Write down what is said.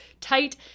tight